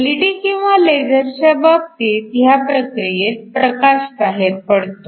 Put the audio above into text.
LED किंवा लेझरच्या बाबतीत ह्या प्रक्रियेत प्रकाश बाहेर पडतो